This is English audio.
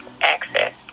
access